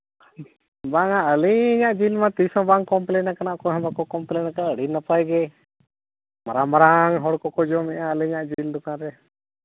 ᱵᱟᱝᱟ ᱟᱹᱞᱤᱧᱟᱜ ᱡᱤᱞ ᱢᱟ ᱛᱤᱥ ᱦᱚᱸ ᱵᱟᱝ ᱠᱚᱢᱯᱞᱮᱱᱟᱠᱟᱱᱟ ᱚᱠᱚᱭ ᱦᱚᱸ ᱵᱟᱠᱚ ᱠᱚᱢᱯᱞᱮᱱᱟᱠᱟᱜᱼᱟ ᱟᱹᱰᱤ ᱱᱟᱯᱟᱭ ᱜᱮ ᱢᱟᱨᱟᱝ ᱢᱟᱨᱟᱝ ᱦᱚᱲ ᱠᱚᱠᱚ ᱡᱚᱢᱮᱜᱼᱟ ᱟᱹᱞᱤᱹᱟᱜ ᱡᱤᱞ ᱫᱚᱠᱟᱱ ᱨᱮ